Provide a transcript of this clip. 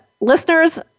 listeners